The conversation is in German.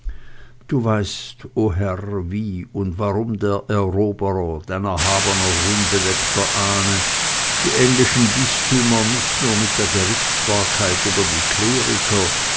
du weißt o herr wie und warum der eroberer dein erhabener und ruhmbedeckter ahne die englischen bistümer nicht nur mit der gerichtsbarkeit über die